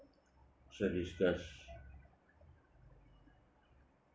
so disgusting